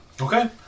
Okay